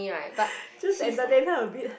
just entertain her a bit